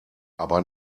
aber